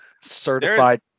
Certified